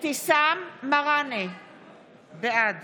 בעד